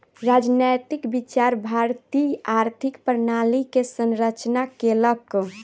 राजनैतिक विचार भारतीय आर्थिक प्रणाली के संरचना केलक